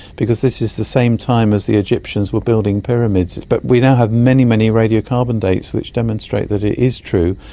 because this is the same time as the egyptians were building pyramids. but we now have many, many radiocarbon dates which demonstrate that it is true.